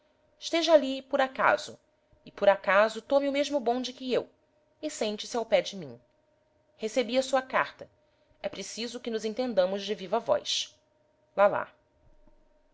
esteja ali por acaso e por acaso tome o mesmo bonde que eu e sente-se ao pé de mim recebi a sua carta é preciso que nos entendamos de viva voz lalá o